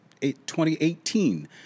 2018